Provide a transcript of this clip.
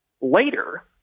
later